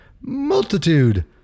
multitude